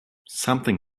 something